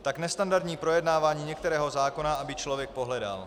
Tak nestandardní projednávání některého zákona, aby člověk pohledal.